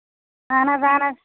اَہَن حظ اَہَن حظ